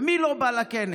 ומי לא בא לכנס?